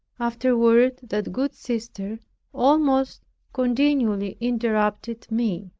afterward that good sister almost continually interrupted me